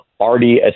already